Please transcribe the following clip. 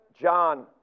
John